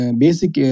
basic